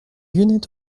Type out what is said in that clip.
unit